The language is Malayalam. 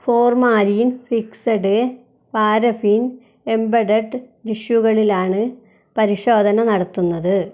ഫോർമാലിൻ ഫിക്സഡ് പാരഫിൻ എംബഡഡ് ടിഷ്യൂകളിലാണു പരിശോധന നടത്തുന്നത്